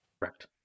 Correct